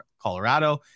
Colorado